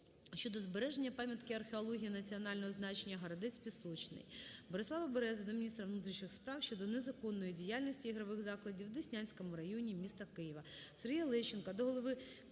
щодо збереження пам'ятки археології національного значення "Городець Пісочний". Борислава Берези до міністра внутрішніх справ щодо незаконної діяльності ігрових закладів в Деснянському районі міста Києва. Сергія Лещенка до голови